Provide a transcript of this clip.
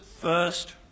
first